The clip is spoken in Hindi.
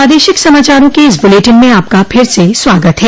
प्रादेशिक समाचारों के इस बुलेटिन में आपका फिर से स्वागत है